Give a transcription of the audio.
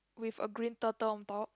with a green turtle on top